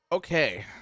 Okay